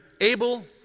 Abel